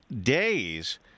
days